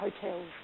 hotels